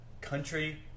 country